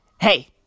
Hey